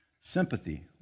sympathy